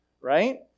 Right